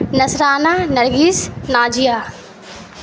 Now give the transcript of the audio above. Nazrana Nargis Nazia